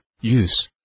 use